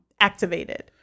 activated